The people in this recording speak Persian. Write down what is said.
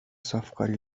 صافکاری